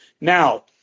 Now